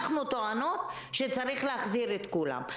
אנחנו טוענות שצריך להחזיר את כולם.